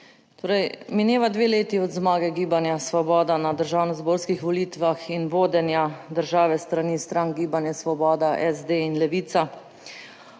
Torej, mineva dve leti od zmage Gibanja Svoboda na državnozborskih volitvah in vodenja države s strani strank Gibanje Svoboda, SD in Levica.